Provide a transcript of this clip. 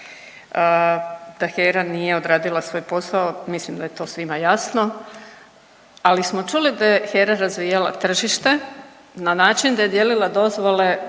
da HERA nije odradila svoj posao mislim da je to svima jasno, ali smo čuli da je HERA razvijala tržište na način da je dijelila dozvole